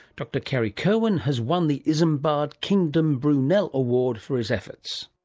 dr kerry kirwan has won the isambard kingdom brunel award for his efforts.